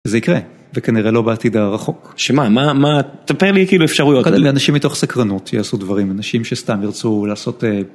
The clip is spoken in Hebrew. זה יקרה, וכנראה לא בעתיד הרחוק. שמע, מה, מה, ספר לי כאילו אפשרויות. אנשים מתוך סקרנות יעשו דברים, אנשים שסתם ירצו לעשות...